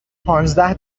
پانزده